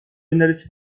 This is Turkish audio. önerisi